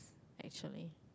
actually